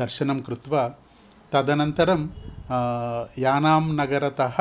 दर्शनं कृत्वा तदनन्तरं यानां नगरतः